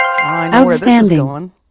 Outstanding